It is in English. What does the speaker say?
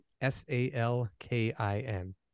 S-A-L-K-I-N